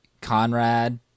Conrad